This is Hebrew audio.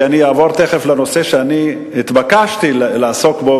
כי אני אעבור תיכף לנושא שאני התבקשתי לעסוק בו,